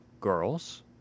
Girls